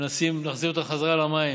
ומנסים להחזיר אותם חזרה למים.